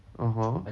(uh huh)